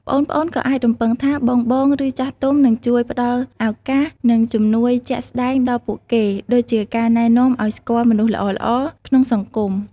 ប្អូនៗក៏អាចរំពឹងថាបងៗ ឬចាស់ទុំ នឹងជួយ ផ្ដល់ឱកាស និងជំនួយជាក់ស្ដែងដល់ពួកគេ ដូចជាការណែនាំឱ្យស្គាល់មនុស្សល្អៗក្នុងសង្គម។